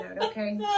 okay